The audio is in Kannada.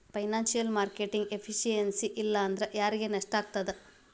ಫೈನಾನ್ಸಿಯಲ್ ಮಾರ್ಕೆಟಿಂಗ್ ಎಫಿಸಿಯನ್ಸಿ ಇಲ್ಲಾಂದ್ರ ಯಾರಿಗ್ ನಷ್ಟಾಗ್ತದ?